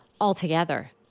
altogether